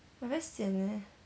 I very sian leh